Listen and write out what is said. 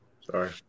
Sorry